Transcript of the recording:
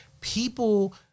people